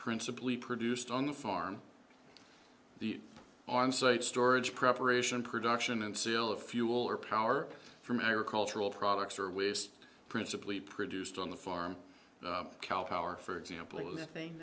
principally produced on the farm the on site storage preparation production and sale of fuel or power from agricultural products or waste principally produced on the farm our for example are the thing